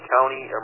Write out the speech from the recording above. County